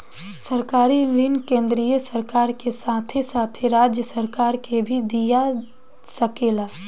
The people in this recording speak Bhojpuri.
सरकारी ऋण केंद्रीय सरकार के साथे साथे राज्य सरकार के भी दिया सकेला